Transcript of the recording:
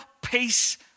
Peace